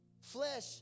flesh